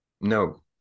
No